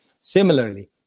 Similarly